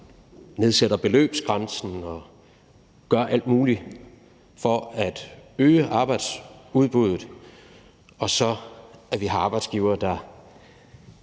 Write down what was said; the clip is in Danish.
nedsætter beløbsgrænsen og gør alt muligt for at øge arbejdsudbuddet, og der så er arbejdsgivere, der